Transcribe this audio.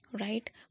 right